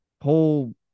whole